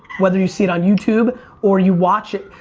whether you see it on youtube or you watch it.